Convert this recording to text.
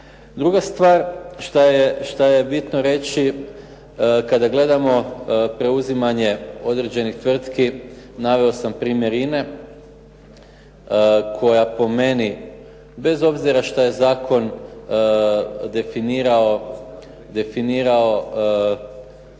Druga stvar što je bitno reći, kada gledamo preuzimanje određenih tvrtki, naveo sam primjer INA-e koja po meni, bez obzira što je zakon definirao